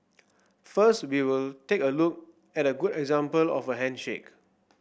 first we'll take a look at a good example of a handshake